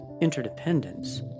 interdependence